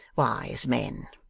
wise men!